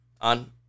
on